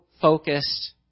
focused